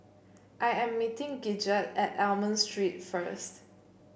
I am meeting Gidget at Almond Street first